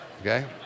okay